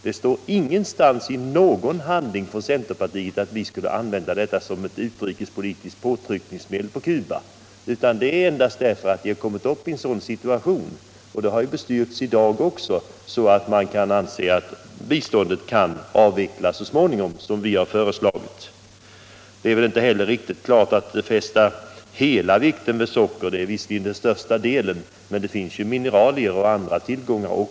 Det står ingenstans i någon handling från centerpartiet att vi skulle använda detta som ett utrikespolitiskt påtryckningsmedel på Cuba, utan det är endast så att vi kommit till den situationen, vilket också bestyrkts i dag, att man kan anse att biståndet till Cuba så småningom kan avvecklas. Det är inte heller riktigt att fästa hela vikten vid sockret. Det utgör visserligen den största delen av tillgångarna, men det finns även mineralier och andra tillgångar.